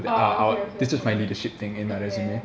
oh okay okay okay okay